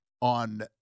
on